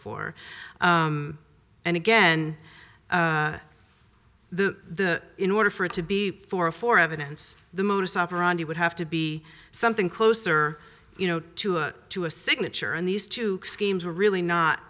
four or four and again the in order for it to be for a for evidence the modus operandi would have to be something closer you know to a to a signature and these two schemes were really not